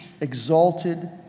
exalted